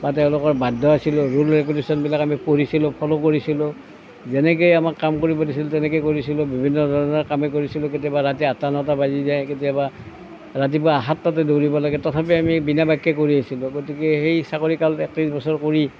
বা তেওঁলোকৰ বাধ্য আছিলোঁ ৰুল ৰেগুলেশ্বনবিলাক আমি পঢ়িছিলোঁ ফলো কৰিছিলোঁ যেনেকৈ আমাক কাম কৰিব দিছিল তেনেকৈ আমি কাম কৰিছিলোঁ বিভিন্ন ধৰণৰ কামেই কৰিছিলোঁ কেতিয়াবা ৰাতি আঠটা নটা বাজি যায় কেতিয়াবা ৰাতিপুৱা সাতটাতে দৌৰিব লাগে তথাপি আমি বিনা বাক্যই কৰি আছিলোঁ গতিকে সেই চাকৰি কাল একত্ৰিছ বছৰ কৰি